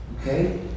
okay